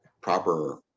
proper